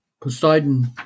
Poseidon